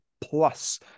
plus